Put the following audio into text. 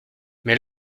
mais